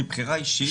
מבחירה אישית,